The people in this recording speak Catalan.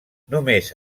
només